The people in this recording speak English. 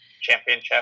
championship